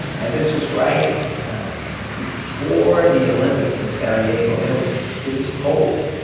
and this was right before the olympics in sarajevo, and it was it was cold.